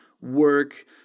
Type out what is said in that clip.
work